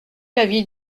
l’avis